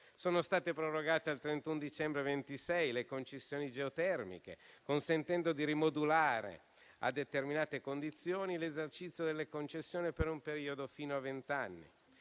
Sono state prorogate al 31 dicembre 2026 le concessioni geotermiche, consentendo di rimodulare, a determinate condizioni, l'esercizio delle concessioni per un periodo fino a vent'anni.